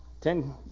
Ten